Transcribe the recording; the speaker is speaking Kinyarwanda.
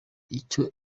icyo